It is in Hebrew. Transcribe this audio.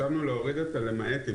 בהם "למעט",